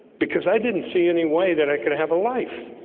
because i didn't see any way that i could have a life.